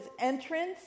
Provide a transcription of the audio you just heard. entrance